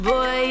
Boy